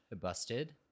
busted